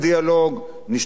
נשתדל לנוע,